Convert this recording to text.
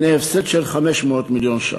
הנה הפסד של 500 מיליון ש"ח.